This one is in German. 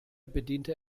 bediente